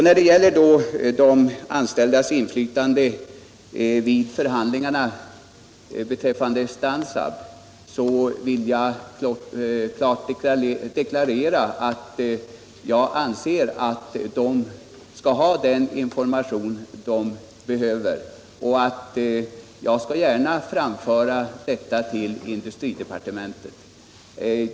När det gäller de anställdas inflytande vid förhandlingarna beträffande Stansaab vill jag klart deklarera, att jag anser att de skall ha den information de behöver, och jag skall gärna framföra detta till industridepartementet.